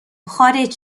خارج